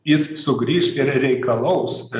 jis sugrįš ir reikalaus